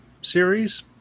series